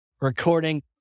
recording